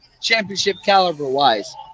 championship-caliber-wise